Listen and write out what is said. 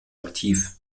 aktiv